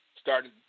started